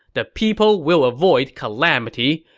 the people will avoid calamity,